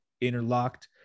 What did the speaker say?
interlocked